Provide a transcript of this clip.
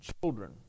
children